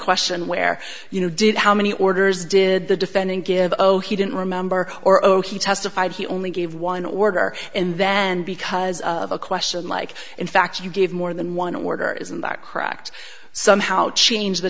question where you know did how many orders did the defendant give ohi didn't remember or ok he testified he only gave one order and then because of a question like in fact you gave more than one order isn't that correct somehow change the